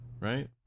right